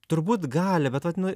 turbūt gali bet vat nu